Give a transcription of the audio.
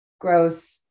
growth